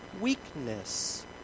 weakness